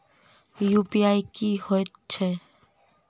UPI की हएत छई?